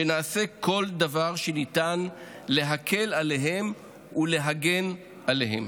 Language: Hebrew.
שנעשה כל דבר שניתן להקל עליהם ולהגן עליהם.